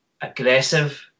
aggressive